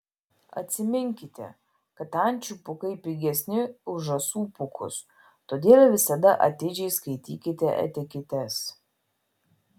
atsiminkite kad ančių pūkai pigesni už žąsų pūkus todėl visada atidžiai skaitykite etiketes